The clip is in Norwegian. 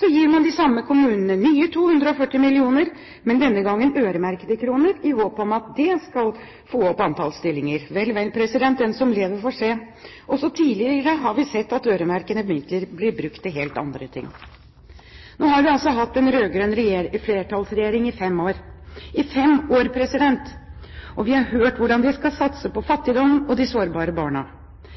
håp om at det skal få opp antall stillinger. Vel, vel, den som lever får se! Også tidligere har vi sett at øremerkede midler blir brukt til helt andre ting. Nå har vi hatt en rød-grønn flertallsregjering i fem år – i fem år, president! Vi har hørt hvordan de skal satse på fattigdom og de sårbare barna.